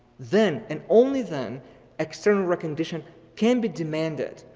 then and only then external recondition can be demanded.